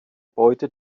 beute